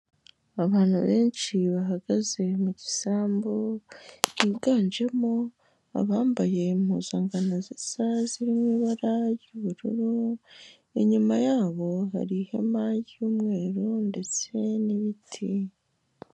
Abantu benshi bahagaze mu gisambu, higanjemo abambaye impuzangano zisa zirimo ibara ry'ubururu, inyuma yabo hari ihema ry'umweru ndetse n'ibiti.